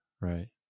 right